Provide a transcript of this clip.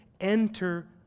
enter